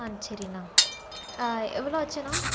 ஆ சரிண்ணா ஆ எவ்வளோ ஆச்சுண்ணா